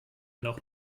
noch